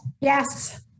Yes